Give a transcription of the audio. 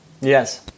Yes